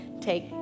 take